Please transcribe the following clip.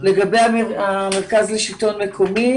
לגבי המרכז לשלטון המקומי